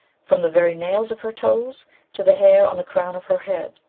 from the very nails of her toes to the hair on the crown of her head,